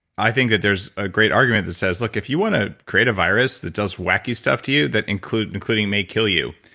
i think that there's a great argument that says look if you want to create a virus that does wacky stuff to you, that including including may kill you.